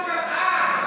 שר האוצר הוא גזען.